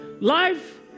Life